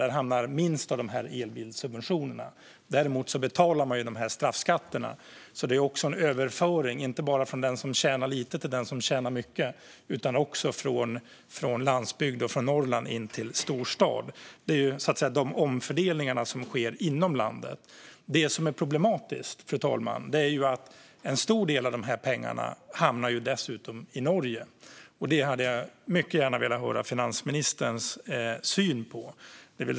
Där hamnar minst av elbilssubventionerna. Däremot betalar de straffskatterna. Det är alltså en överföring inte bara från den som tjänar lite till den som tjänar mycket utan också från landsbygd och från Norrland till storstaden. Detta är de omfördelningar som sker inom landet. Det som är problematiskt, fru talman, är att en stor del av dessa pengar dessutom hamnar i Norge. Det hade jag mycket gärna velat höra finansministerns syn på.